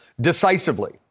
decisively